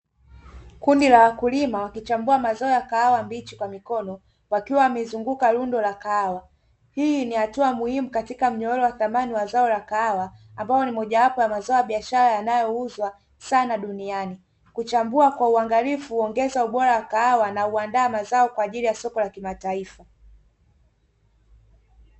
Kundi la wakulima wakichambua mazao ya kahawa mbichi kwa mikono wakiwa wamezunguka rundo la kahawa, hii ni hatua muhimu katika mnyororo wa thamani wa zao la kahawa ambalo ni mojawapo wa mazao ya biashara yanayouzwa sana duniani, kuchambua kwa uangalifu huongeza ubora wa kahawa na huandaa mazao kwa ajili ha soko la kimataifa.